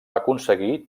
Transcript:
aconseguir